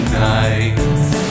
nights